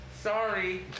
Sorry